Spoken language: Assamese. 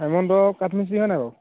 হেমন্ত কাঠমিস্ত্ৰী হয়নে বাৰু